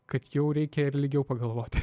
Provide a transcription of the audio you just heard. kad jau reikia ir ilgiau pagalvot